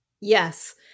Yes